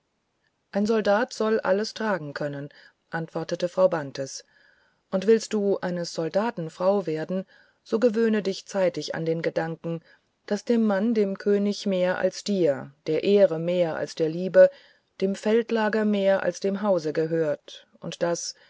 ein soldat soll alles tragen können antwortete frau bantes und willst du eines soldaten frau werden so gewöhne dich zeitig an den gedanken daß dem mann dem könige mehr als dir der ehre mehr als der liebe dem feldlager mehr als dem hause gehört und daß